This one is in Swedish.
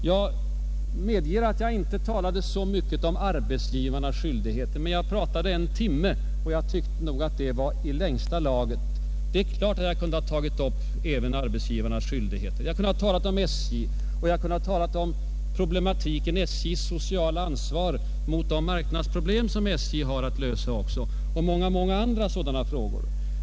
Jag medger, att jag inte talade så mycket om arbetsgivarnas skyldigheter, men jag pratade en timme, och jag tyckte nog att det var i längsta laget. Det är klart att jag kunde ha tagit upp även arbetsgivarnas skyldigheter. Jag hade kunnat tala om SJ och om problematiken SJ:s sociala ansvar och de marknadsproblem som SJ har att lösa, och många, många andra sådana frågor.